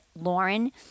Lauren